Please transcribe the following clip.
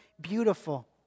beautiful